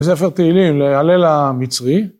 בספר תהילים להלל המצרי.